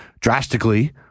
drastically